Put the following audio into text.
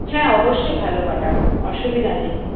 হ্যাঁ অবশ্যই ভালো কাটাব অসুবিধা নেই